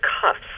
cuffs